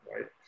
right